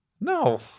No